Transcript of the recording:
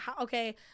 okay